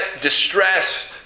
distressed